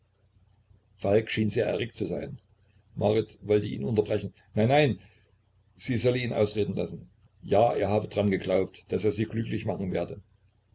schien sehr erregt zu sein marit wollte ihn unterbrechen nein nein sie solle ihn ausreden lassen ja er habe dran geglaubt daß er sie glücklich machen werde